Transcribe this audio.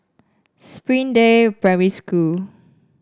Springdale Primary School